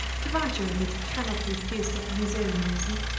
the writer of it cannot be accused of misoneism,